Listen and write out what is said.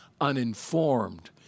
uninformed